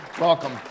welcome